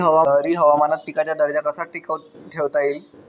लहरी हवामानात पिकाचा दर्जा कसा टिकवून ठेवता येईल?